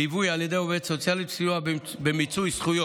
ליווי על ידי עובדת סוציאלית וסיוע במיצוי זכויות.